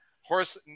horse